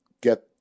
get